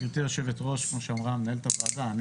גבירתי היושבת ראש, כמו שאמרה מנהלת הוועדה את